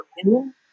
opinion